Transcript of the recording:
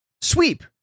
Sweep